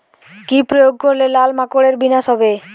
কি প্রয়োগ করলে লাল মাকড়ের বিনাশ হবে?